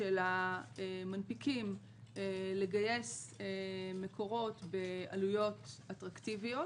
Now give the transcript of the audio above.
של המנפיקים לגייס מקורות בעלויות אטרקטיביות,